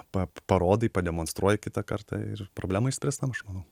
pa parodai pademonstruoji kitą kartą ir problema išspręsta aš manau